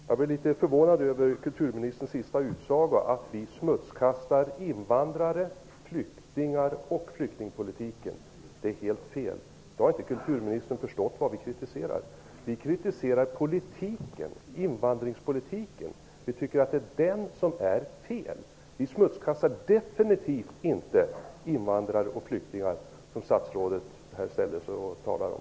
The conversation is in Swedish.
Herr talman! Jag blev litet förvånad över kulturministerns sista utsaga, nämligen att vi smutskastar invandrarna, flyktingarna och flyktingpolitiken. Det är helt fel. Då har kulturministern inte förstått vad vi kritiserar. Vi kritiserar invandringspolitiken. Vi tycker att det är den som är fel. Vi smutskastar definitivt inte invandrare och flyktingar som statsrådet här talade om.